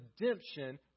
redemption